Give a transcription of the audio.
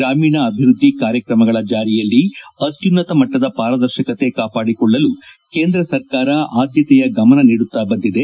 ಗ್ರಾಮೀಣ ಅಭಿವೃದ್ದಿ ಕಾರ್ಯಕ್ರಮಗಳ ಜಾರಿಯಲ್ಲಿ ಅತ್ಯುನ್ನತ ಮಟ್ಟದ ಪಾರದರ್ಶಕತೆ ಕಾಪಾಡಿಕೊಳ್ಳಲು ಕೇಂದ್ರ ಸರ್ಕಾರ ಆದ್ಯತೆಯ ಗಮನ ನೀಡುತ್ತಾ ಬಂದಿದೆ